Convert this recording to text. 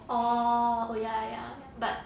orh oh ya ya but